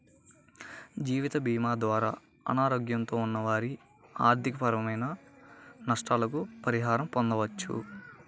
జీవితభీమా ద్వారా అనారోగ్యంతో ఉన్న వారి ఆర్థికపరమైన నష్టాలకు పరిహారం పొందవచ్చు